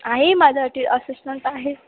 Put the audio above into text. आहे माझं ते असिस्टंट आहे